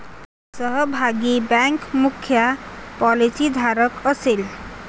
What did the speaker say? सहभागी बँक मुख्य पॉलिसीधारक असेल